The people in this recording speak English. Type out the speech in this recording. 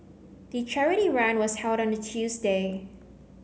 the charity run was held on a Tuesday